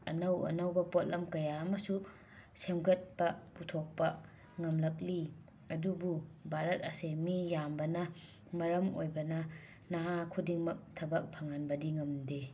ꯑꯅꯧ ꯑꯅꯧꯕ ꯄꯣꯠꯂꯝ ꯀꯌꯥ ꯑꯃꯁꯨ ꯁꯦꯝꯒꯠꯄ ꯄꯨꯊꯣꯛꯄ ꯉꯝꯂꯛꯂꯤ ꯑꯗꯨꯕꯨ ꯕꯥꯔꯠ ꯑꯁꯦ ꯃꯤ ꯌꯥꯝꯕꯅ ꯃꯔꯝ ꯑꯣꯏꯕꯅ ꯅꯍꯥ ꯈꯨꯗꯤꯡꯃꯛ ꯊꯕꯛ ꯐꯪꯍꯟꯕꯗꯤ ꯉꯝꯗꯦ